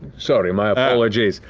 sorry, my apologies.